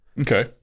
okay